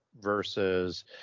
versus